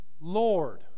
Lord